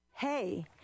Hey